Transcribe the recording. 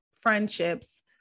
friendships